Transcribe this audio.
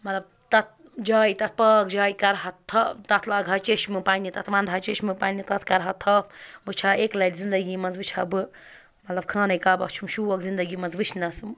مطلب تَتھ جایہِ تَتھ پاک جایہِ کَرٕ ہا تھَپھ تَتھ لاگہٕ ہا چٔشمہٕ پنٛںہِ تَتہ وَنٛدٕ ہا چٔشمہٕ پنٛنہِ تَتھ کَرٕ ہا تھَپھ بہٕ وٕچھِ ہا اکہِ لَٹہِ زِندگی منٛز وٕچھِ ہا بہٕ مطلب خانے کعبَس چھُم شوق زِندگی منٛز وٕچھنَس